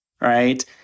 right